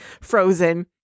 frozen